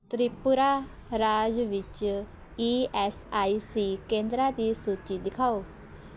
ਤ੍ਰਿਪੁਰਾ ਰਾਜ ਵਿੱਚ E S I C ਕੇਂਦਰਾਂ ਦੀ ਸੂਚੀ ਦਿਖਾਓ